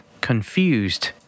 Confused